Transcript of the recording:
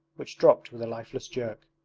which dropped with a lifeless jerk,